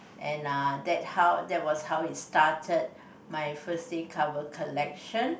and uh that how that was how it started my first day cover collection